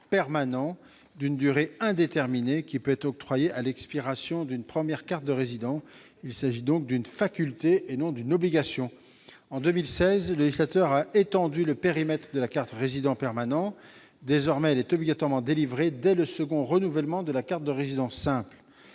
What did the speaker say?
permanent, d'une durée indéterminée, qui peut être octroyée à l'expiration d'une première carte de résident. Il s'agit là d'une faculté, et non d'une obligation. En 2016, le législateur a étendu le périmètre de la carte de résident permanent. Désormais, cette dernière est obligatoirement délivrée dès le second renouvellement de la carte de résident simple.